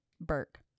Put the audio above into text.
Burke